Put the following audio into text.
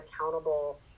accountable